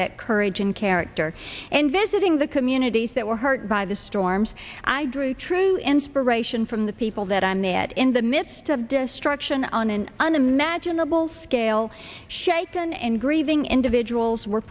that courage and character and visiting the communities that were hurt by the storms i drew true inspiration from the people that i met in the midst of destruction on an unimaginable scale shaken and grieving individuals were